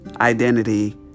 identity